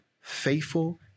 faithful